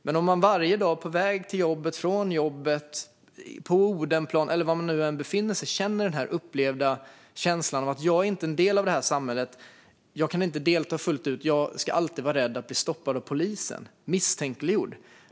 Men om detta händer en varje dag - på väg till jobbet eller från jobbet, på Odenplan eller var man nu befinner sig - kan man känna att man inte är en del av samhället och att man inte kan delta fullt ut. Det kan bli så att man alltid är rädd för att bli stoppad av polisen och att man känner sig misstänkliggjord.